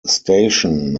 station